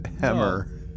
Hammer